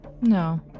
No